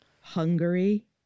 Hungary